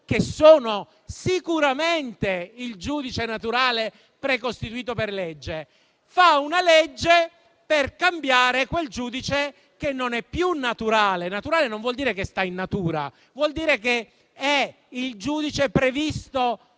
che sicuramente è il giudice naturale precostituito per legge? Fa una legge per cambiare quel giudice che non è più naturale. Naturale non vuol dire che sta in natura: vuol dire che è il giudice previsto